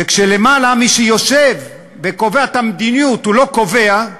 וכשלמעלה מי שיושב וקובע את המדיניות הוא לא קובע,